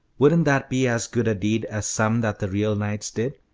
wouldn't that be as good a deed as some that the real knights did?